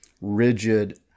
rigid